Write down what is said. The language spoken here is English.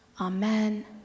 Amen